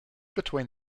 between